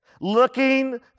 looking